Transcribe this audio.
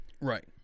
Right